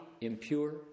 impure